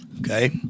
Okay